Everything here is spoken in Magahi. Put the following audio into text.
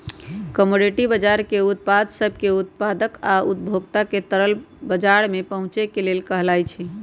कमोडिटी बजार उत्पाद सब के उत्पादक आ उपभोक्ता के तरल बजार में पहुचे के लेल कहलाई छई